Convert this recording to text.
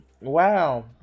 Wow